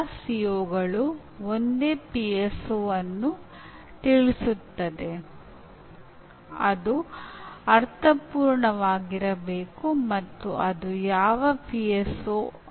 ನೀವು ಅನ್ವೇಷಿಸಿದಾಗ ವಿವಿಧ ವೆಬ್ಸೈಟ್ಗಳಲ್ಲಿ ಅಪಾರ ಪ್ರಮಾಣದ ಜ್ಞಾನ ಲಭ್ಯವಿದೆ